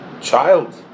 child